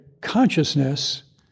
consciousness